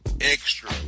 extra